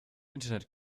internet